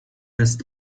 jest